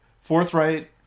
forthright